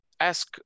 ask